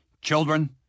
children